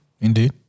Indeed